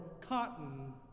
cotton